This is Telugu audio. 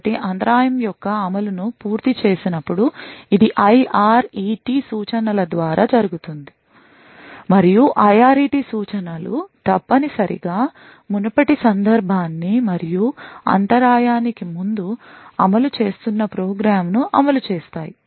కాబట్టి అంతరాయం యొక్క అమలును పూర్తి చేసినప్పుడు ఇది IRET సూచనల ద్వారా జరుగుతుంది మరియు IRET సూచనలు తప్పనిసరిగా మునుపటి సందర్భాన్ని మరియు అంతరాయానికి ముందు అమలు చేస్తున్న ప్రోగ్రామ్ను అమలు చేస్తాయి